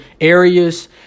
areas